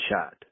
shot